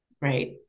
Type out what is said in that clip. right